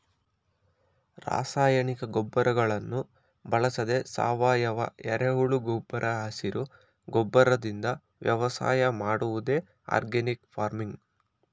ರಾಸಾಯನಿಕ ಗೊಬ್ಬರಗಳನ್ನು ಬಳಸದೆ ಸಾವಯವ, ಎರೆಹುಳು ಗೊಬ್ಬರ ಹಸಿರು ಗೊಬ್ಬರದಿಂದ ವ್ಯವಸಾಯ ಮಾಡುವುದೇ ಆರ್ಗ್ಯಾನಿಕ್ ಫಾರ್ಮಿಂಗ್